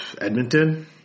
Edmonton